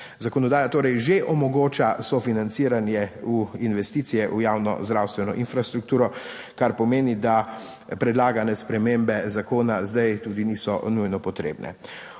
Zakonodaja torej že omogoča sofinanciranje v investicije v javno zdravstveno infrastrukturo, kar pomeni, da predlagane spremembe zakona zdaj tudi niso nujno potrebne.